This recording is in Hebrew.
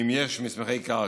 אם יש מסמכי קרקע,